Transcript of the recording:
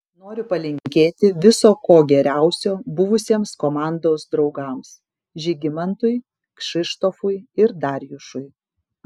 noriu palinkėti viso ko geriausio buvusiems komandos draugams žygimantui kšištofui ir darjušui